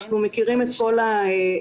אנחנו מכירים את כל הסיטואציות.